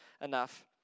enough